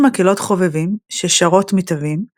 יש מקהלות חובבים ששרות מתווים ואחרות,